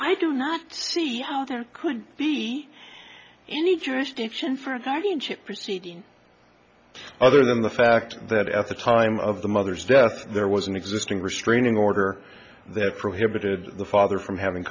i do not see how there could be any jurisdiction for a guardianship proceeding other than the fact that at the time of the mother's death there was an existing restraining order that prohibited the father from having